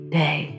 day